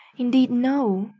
indeed, no!